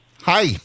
Hi